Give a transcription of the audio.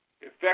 effect